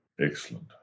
excellent